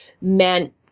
meant